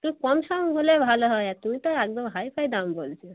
একটু কম সম হলে ভালো হয় তুমি তো একদম হাই ফাই দাম বলছ